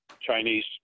Chinese